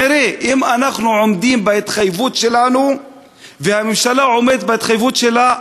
נראה אם אנחנו עומדים בהתחייבות שלנו והממשלה עומדת בהתחייבות שלה,